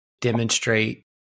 demonstrate